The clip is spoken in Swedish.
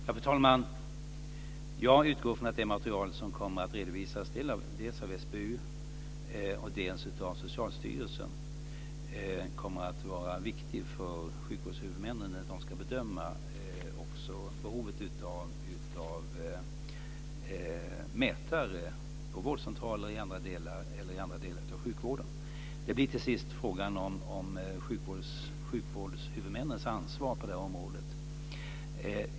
Fru talman! Jag utgår från att det material som kommer att redovisas dels av SBU, dels av Socialstyrelsen kommer att vara viktigt när sjukvårdshuvudmännen ska bedöma behovet av mätare på vårdcentraler eller i andra delar av sjukvården. Det blir till sist en fråga om sjukvårdshuvudmännens ansvar på det här området.